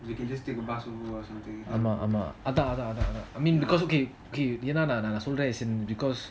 we can just take the bus over or something அந்த மாறி போலாம்:antha maari polam